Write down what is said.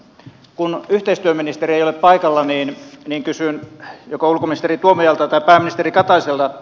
kun yhteistyöministeri ei ole paikalla niin kysyn joko ulkoministeri tuomiojalta tai pääministeri kataiselta